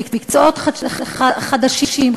למקצועות חדשים,